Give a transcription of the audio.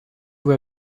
vous